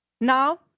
now